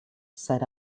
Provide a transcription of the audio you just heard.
set